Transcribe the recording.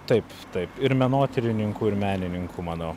taip taip ir menotyrininkų ir menininkų manau